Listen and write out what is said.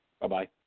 Bye-bye